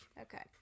Okay